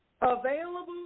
Available